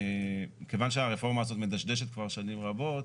כיוון שהרפורמה הזאת מדשדשת כבר שנים רבות,